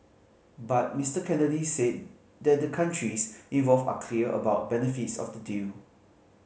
but Mr Kennedy said that the countries involved are clear about benefits of the deal